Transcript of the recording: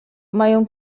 mają